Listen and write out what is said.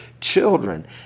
children